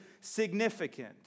significant